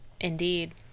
Indeed